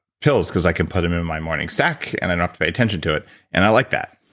pills because i can put them in my morning stack and i don't have to pay attention to it and i like that.